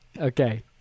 Okay